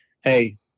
hey